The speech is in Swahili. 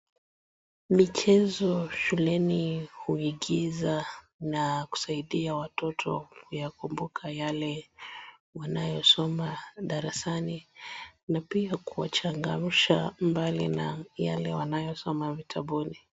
Michezo shuleni huigiza na kusaidia watoto kukumbuka yale wanayosoma darasani na pia kuwachangamsha mbali na yale wanayosoma vitabuni.